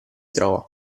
trova